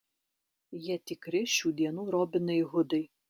jie tikri šių dienų robinai hudai